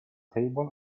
table